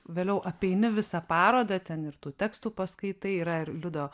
vėliau apeini visą parodą ten ir tų tekstų paskaitai yra ir liudo